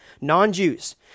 non-Jews